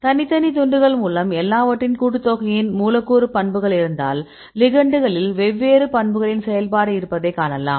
தனித்தனி துண்டுகள் மற்றும் எல்லாவற்றின் கூட்டுத்தொகையின் மூலக்கூறு பண்புகள் இருந்தால் லிகெண்டுகளில் வெவ்வேறு பண்புகளின் செயல்பாடு இருப்பதை காணலாம்